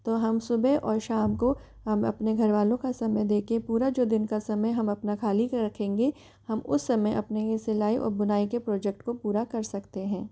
तो हम सुबह और शाम को हम अपने घर वालों का समय देके पूरा जो दिन का समय हम अपना खाली कर रखेंगे हम उस समय अपने ही सिलाई और बुनाई के प्रोजेक्ट को पूरा कर सकते हैं